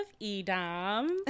Edom